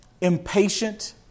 impatient